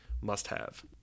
must-have